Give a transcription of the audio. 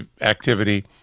activity